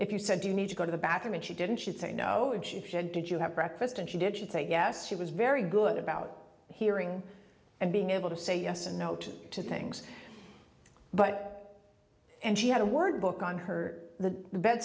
if you said you need to go to the bathroom and she didn't she'd say no and she said did you have breakfast and she did say yes she was very good about hearing and being able to say yes and note to things but and she had a word book on her